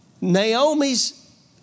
Naomi's